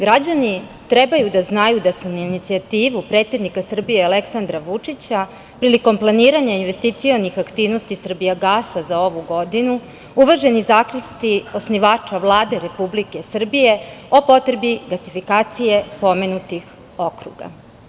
Građani trebaju da znaju da su na inicijativu predsednika Srbije Aleksandra Vučića prilikom planiranja investicionih aktivnosti Srbijagasa za ovu godinu uvaženi zaključci osnivača Vlade Republike Srbije o potrebi gasifikacije pomenutih okruga.